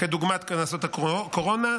כדוגמת קנסות הקורונה,